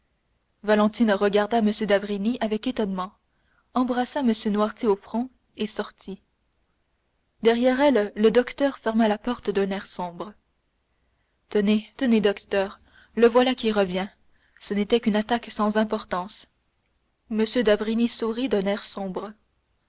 valentine regarda m d'avrigny avec étonnement embrassa m noirtier au front et sortit derrière elle le docteur ferma la porte d'un air sombre tenez tenez docteur le voilà qui revient ce n'était qu'une attaque sans importance m d'avrigny sourit d'un air sombre